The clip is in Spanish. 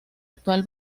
actual